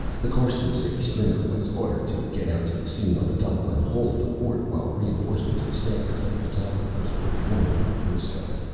the carson city stringer was ordered to get out to the scene on the double and hold the fort while reinforcements of staffers and photographers were flown from frisco.